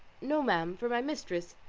no, ma'am, for my mistress.